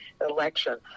election